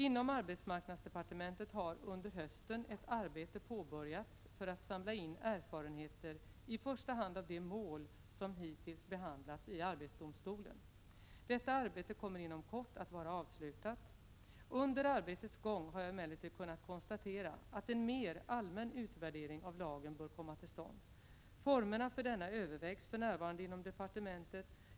Inom arbetsmarknadsdepartementet har under hösten ett arbete påbörjats för att samla in erfarenheter i första hand av de mål som hittills behandlats i arbetsdomstolen. Detta arbete kommer inom kort att vara avslutat. Under arbetets gång har jag emellertid kunnat konstatera att en mer allmän utvärdering av lagen bör komma till stånd. Formerna för denna övervägs för närvarande inom departementet.